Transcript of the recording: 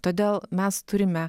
todėl mes turime